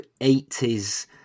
80s